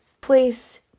place